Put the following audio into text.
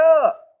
up